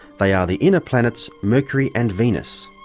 they are the inner planets mercury and venus.